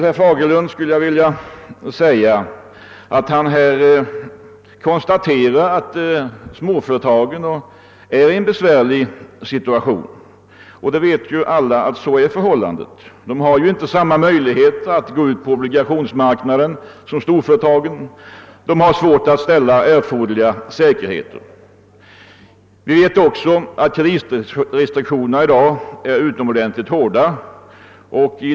Herr Fagerlund sade att småföretagens situation är besvärande, vilket vi alla vet. De har inte samma möjligheter som storföretagen att gå ut på obligationsmarknaden. De har svårt att stälia erforderliga säkerheter. Kreditrestriktionerna är ju också utomordentligt hårda.